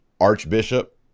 archbishop